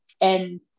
and-